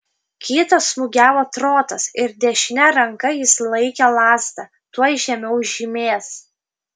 kitas smūgiavo trotas ir dešine ranka jis laikė lazdą tuoj žemiau žymės